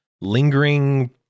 lingering